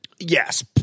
Yes